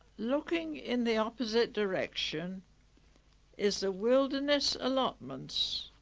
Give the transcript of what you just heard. looking in the opposite direction is the wilderness allotments,